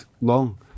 long